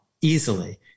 easily